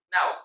Now